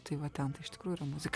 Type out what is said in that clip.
tai va ten tai iš tikrųjų yra muzika